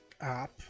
app